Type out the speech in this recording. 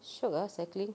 shiok ah cycling